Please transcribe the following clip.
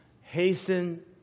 hasten